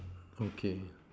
okay